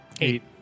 Eight